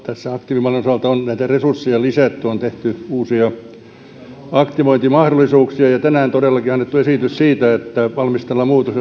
tässä aktiivimallin osalta on näitä resursseja lisätty on tehty uusia aktivointimahdollisuuksia ja tänään annettu esitys siitä että valmistellaan muutos